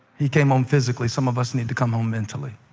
he came home physically. some of us need to come home mentally.